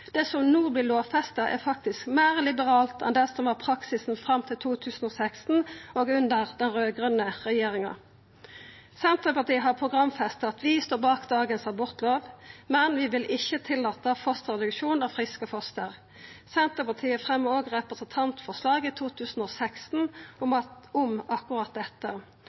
Det som no vert lovfesta, er faktisk meir liberalt enn kva som var praksis fram til 2016 og under den raud-grøne regjeringa. Senterpartiet har programfesta at vi står bak dagens abortlov, men vi vil ikkje tillate fosterreduksjon av friske foster. Senterpartiet fremma eit representantforslag i 2016 om akkurat dette.